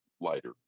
lighter